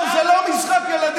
לא, זה לא משחק ילדים.